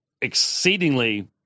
exceedingly